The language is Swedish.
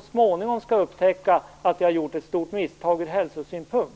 så småningom skall upptäcka att vi har gjort ett stort misstag ur hälsosynpunkt.